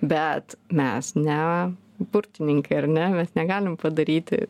bet mes ne burtininkai ar ne mes negalim padaryti